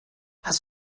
hast